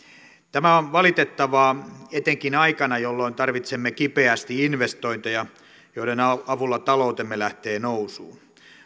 tämä on valitettavaa etenkin aikana jolloin tarvitsemme kipeästi investointeja joiden avulla taloutemme lähtee nousuun